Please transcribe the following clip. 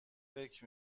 فکر